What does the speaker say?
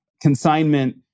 Consignment